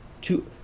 two